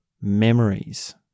memories